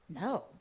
No